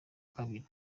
kabiri